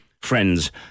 friends